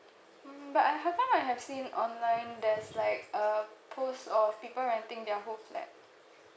mm but I happen to have seen online there's like a post of people renting their whole flat